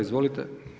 Izvolite.